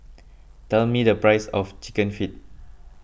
tell me the price of Chicken Feet